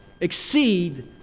exceed